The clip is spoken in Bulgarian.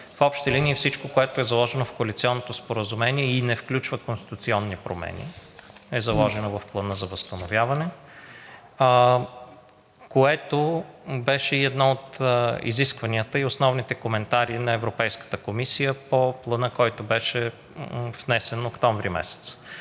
в общи линии всичко, което е заложено в коалиционното споразумение и не включва конституционни промени, е заложено в Плана за възстановяване, което беше и едно от изискванията и основните коментари на Европейската комисия по Плана, който беше внесен месец